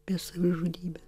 apie savižudybę